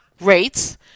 rates